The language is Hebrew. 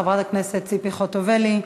חברת הכנסת ציפי חוטובלי.